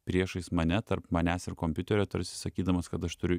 priešais mane tarp manęs ir kompiuterio tarsi sakydamas kad aš turiu